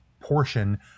portion